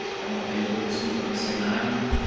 all in favor, please signify by saying aye.